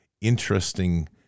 interesting